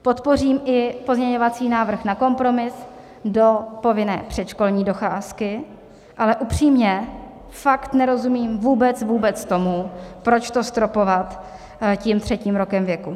Podpořím i pozměňovací návrh na kompromis do povinné předškolní docházky, ale upřímně fakt nerozumím vůbec, vůbec tomu, proč to stropovat tím třetím rokem věku.